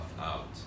out